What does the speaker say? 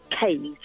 cage